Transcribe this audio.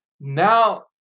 Now